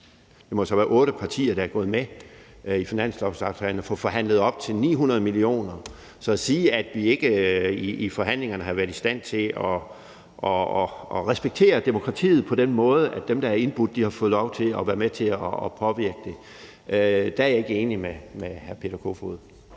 lykkedes de otte partier, der er gået med i finanslovsforhandlingerne, at få forhandlet op til 900 mio. kr. Så når man siger, at vi i forhandlingerne ikke har været i stand til at respektere demokratiet på den måde, at dem, der er blevet indbudt, har fået lov til at være med til at påvirke det, er jeg ikke enig i det. Kl.